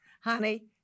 honey